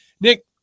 Nick